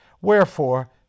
Wherefore